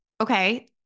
okay